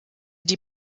die